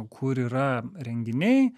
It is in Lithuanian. kur yra renginiai